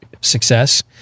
success